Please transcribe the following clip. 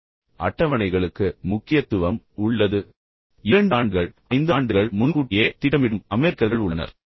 எனவே அட்டவணைகளுக்கு முக்கியத்துவம் உள்ளது 2 ஆண்டுகள் 5 ஆண்டுகள் முன்கூட்டியே திட்டமிடும் அமெரிக்கர்கள் உள்ளனர்